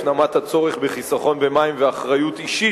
הפנמת הצורך בחיסכון במים ואחריות אישית